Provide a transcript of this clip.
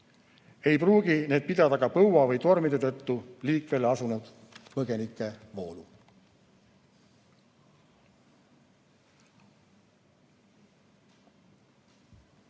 ei pruugi need pidada ka põua või tormide tõttu liikvele asunud põgenikevoolu.